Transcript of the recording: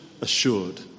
Assured